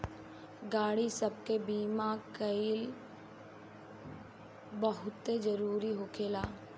गाड़ी सब के बीमा कइल बहुते जरूरी होखेला